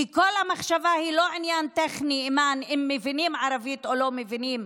כי כל המחשבה היא לא עניין טכני אם מבינים ערבית או לא מבינים.